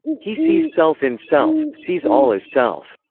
he sees self in self, sees all as self.